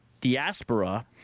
diaspora